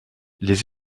les